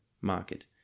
market